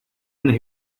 and